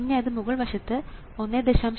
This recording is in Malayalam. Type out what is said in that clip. പിന്നെ അത് മുകൾ വശത്ത് 1